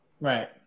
Right